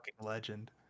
legend